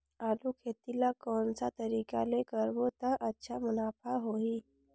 आलू खेती ला कोन सा तरीका ले करबो त अच्छा मुनाफा होही?